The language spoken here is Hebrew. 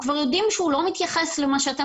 כבר יודעים שהוא לא מתייחס למה שאתם